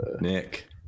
Nick